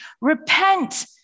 repent